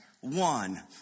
one